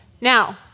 Now